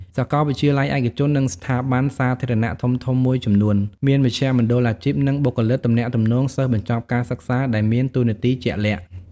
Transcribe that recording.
សាកលវិទ្យាល័យឯកជន និងស្ថាប័នសាធារណៈធំៗមួយចំនួន មានមជ្ឈមណ្ឌលអាជីព និងបុគ្គលិកទំនាក់ទំនងសិស្សបញ្ចប់ការសិក្សាដែលមានតួនាទីជាក់លាក់។